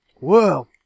Whoa